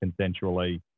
consensually